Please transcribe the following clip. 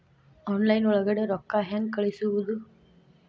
Online ಒಳಗಡೆ ರೊಕ್ಕ ಹೆಂಗ್ ಕಳುಹಿಸುವುದು?